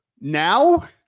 now